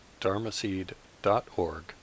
dharmaseed.org